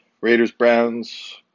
Raiders-Browns